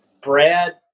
Brad